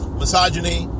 misogyny